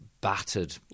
battered